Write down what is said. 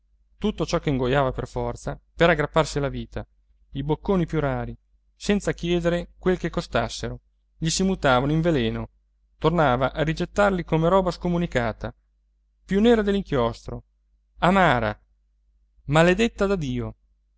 tutto ciò che ingoiava per forza per aggrapparsi alla vita i bocconi più rari senza chiedere quel che costassero gli si mutavano in veleno tornava a rigettarli come roba scomunicata più nera dell'inchiostro amara maledetta da dio